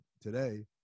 today